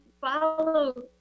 follow